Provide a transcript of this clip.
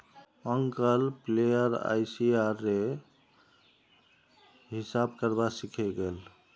uncle player ICR रे हिसाब करवा सीखे गेल